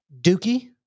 Dookie